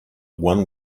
one